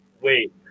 Wait